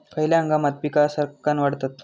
खयल्या हंगामात पीका सरक्कान वाढतत?